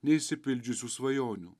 neišsipildžiusių svajonių